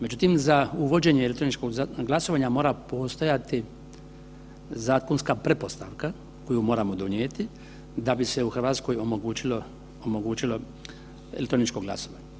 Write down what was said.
Međutim, za uvođenje elektroničkog glasovanja mora postojati zakonska pretpostavka koju moramo donijeti da bi se u RH omogućilo, omogućilo elektroničko glasovanje.